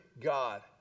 God